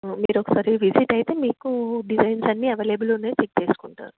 మీరు ఒకసారి విజిట్ అయితే మీకు డిజైన్స్ అన్నీ అవైలబుల్ ఉన్నవి పిక్ చేసుకుంటారు